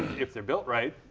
if they're built right,